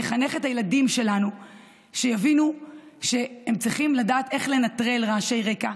נחנך את הילדים שלנו שיבינו שהם צריכים לדעת איך לנטרל רעשי רקע,